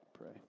pray